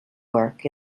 work